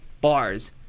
bars